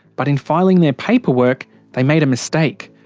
but in filing their paperwork they made a mistake.